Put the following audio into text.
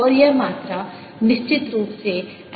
और यह मात्रा निश्चित रूप से H का कर्ल 0 है